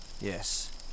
Yes